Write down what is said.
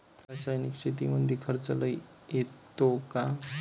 रासायनिक शेतीमंदी खर्च लई येतो का?